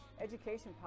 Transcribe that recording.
education